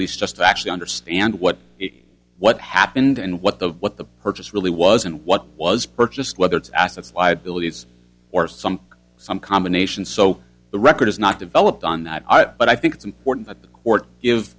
least just to actually understand what the what happened and what the what the purchase really was and what was purchased whether it's assets liabilities or some some combination so the record is not developed on that but i think it's important that the court give